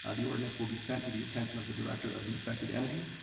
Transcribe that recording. ah the ordinance will be sent to the attention of the director of the effected entity.